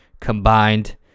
combined